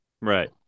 Right